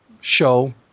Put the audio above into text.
show